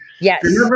yes